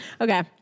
Okay